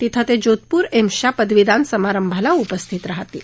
तिथं ते जोधपूर एम्सच्या पदवीदान समारंभाला उपस्थित राहतील